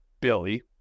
Billy